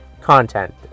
content